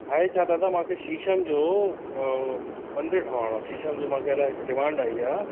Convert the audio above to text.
आहे छा दादा मूंखे शीशम जो मंदरु ठाहिराइणो आहे शीशम जो मूंखे अलाए हिकु डिमांड आई आहे